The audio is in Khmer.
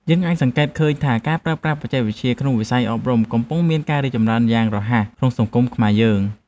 យើងអាចសង្កេតឃើញថាការប្រើប្រាស់បច្ចេកវិទ្យាក្នុងវិស័យអប់រំកំពុងមានការរីកចម្រើនយ៉ាងរហ័សនៅក្នុងសង្គមខ្មែរយើង។